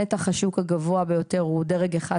נתח השוק הגבוה ביותר הוא דרג 1,